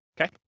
okay